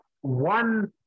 one